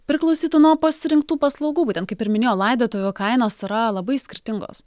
priklausytų nuo pasirinktų paslaugų būtent kaip ir minėjau laidotuvių kainos yra labai skirtingos